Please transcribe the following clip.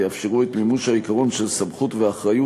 ויאפשרו את מימוש העיקרון של סמכות ואחריות,